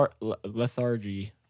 lethargy